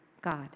God